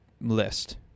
list